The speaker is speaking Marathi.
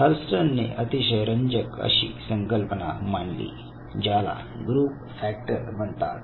थर्स्टन ने अतिशय रंजक अशी संकल्पना मांडली ज्याला ग्रुप फॅक्टर म्हणतात